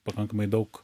pakankamai daug